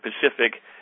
Pacific